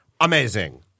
Amazing